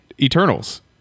Eternals